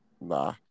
Nah